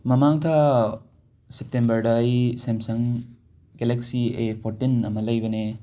ꯃꯃꯥꯡ ꯊꯥ ꯁꯦꯞꯇꯦꯝꯕꯔꯗ ꯑꯩ ꯁꯦꯝꯁꯪ ꯒꯦꯂꯦꯛꯁꯤ ꯑꯦ ꯐꯣꯔꯇꯤꯟ ꯑꯃ ꯂꯩꯕꯅꯦ